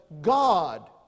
God